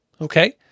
okay